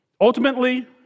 Ultimately